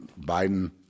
Biden